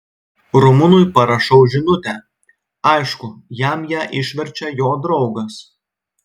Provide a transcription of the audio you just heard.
rumunui parašau žinutę aišku jam ją išverčia jo draugas